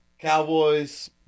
cowboys